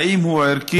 האם הוא ערכי?